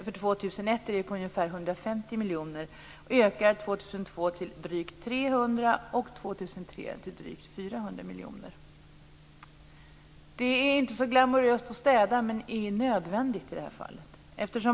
För 2001 ligger det på ungefär 150 miljoner och ökar 2002 till drygt 300 miljoner och 2003 till drygt Det är inte så glamoröst att städa, men det är nödvändigt i det här fallet.